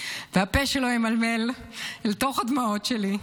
והפה שלו ימלמל אל תוך הדמעות שלי,